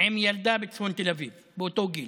עם ילדה בצפון תל אביב באותו גיל,